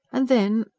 and then.